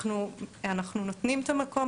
אנחנו נותנים את המקום,